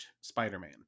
Spider-Man